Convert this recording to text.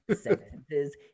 sentences